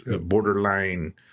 borderline